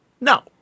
No